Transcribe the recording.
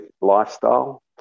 lifestyle